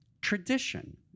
tradition